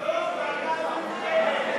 לא, ועדה מיוחדת.